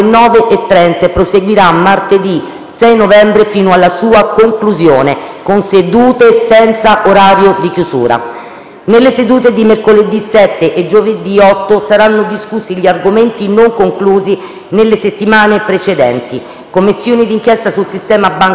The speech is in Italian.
6 novembre fino alla sua conclusione, con sedute senza orario di chiusura. Nelle sedute di mercoledì 7 e giovedì 8 saranno discussi gli argomenti non conclusi nelle settimane precedenti: Commissione di inchiesta sul sistema bancario e rete nazionale registri tumori.